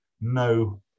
no